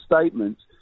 statements